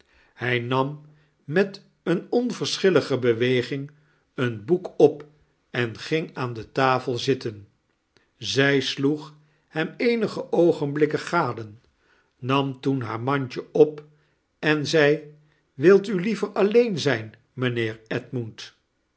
hij nam met eene onverschillige beweging een boek op en ging aan de tafel zitten zij sloeg hem eenige oogenblikken gade nam toen haar mandje op en zei wilt u liever alleen zijn mijnheer edmund